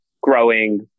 growing